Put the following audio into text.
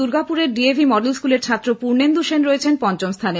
দুর্গাপুরের DAV model স্কুলের ছাত্র পূর্ণেন্দু সেন রয়েছেন পঞ্চম স্থানে